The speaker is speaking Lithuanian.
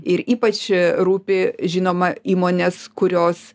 ir ypač rūpi žinoma įmonės kurios